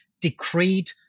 decreed